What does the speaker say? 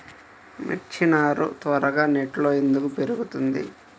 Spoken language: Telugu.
మిర్చి నారు త్వరగా నెట్లో ఎందుకు పెరుగుతుంది?